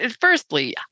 firstly